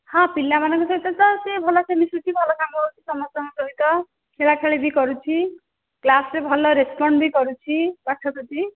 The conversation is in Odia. ହଁ ପିଲାମାନଙ୍କ ସହିତ ତ ସେ ଭଲସେ ମିଶୁଛି ଭଲ ସାଙ୍ଗ ହେଉଛି ସମସ୍ତଙ୍କ ସହିତ ଖେଳାଖେଳି ବି କରୁଛି କ୍ଲାସ୍ରେ ଭଲ ରେସ୍ପଣ୍ଡ୍ ବି କରୁଛି ପାଠ ପ୍ରତି